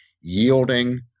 yielding